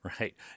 right